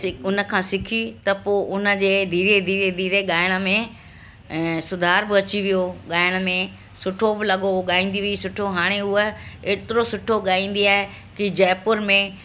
उन खां सिखी त पोइ उनजे धीरे धीरे धीरे गाइण में अ सुधार बि अची वियो गाइण में सुठो बि लॻो गाईंदी हुई सुठो हाणे उअ एतिरो सुठो गाईंदी आहे की जयपुर में